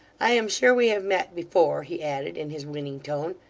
i am sure we have met before he added in his winning tone,